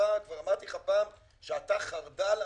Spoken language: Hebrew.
כבר אמרתי לך כבר פעם, שאתה חרד"ל אמיתי,